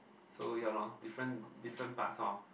so ya lor different different parts lor